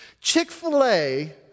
Chick-fil-A